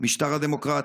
מהמשטר הדמוקרטי.